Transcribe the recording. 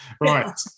Right